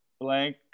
blank